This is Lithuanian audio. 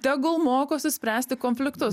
tegul mokosi spręsti konfliktus